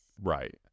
Right